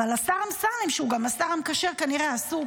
אבל השר אמסלם, שהוא גם השר המקשר, כנראה עסוק.